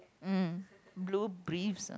mm blue briefs ah